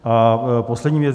A poslední věc.